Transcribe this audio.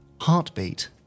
Heartbeat